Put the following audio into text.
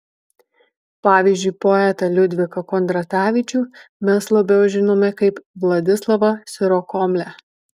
pavyzdžiui poetą liudviką kondratavičių mes labiau žinome kaip vladislavą sirokomlę